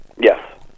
Yes